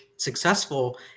successful